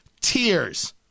tears